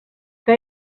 que